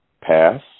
pass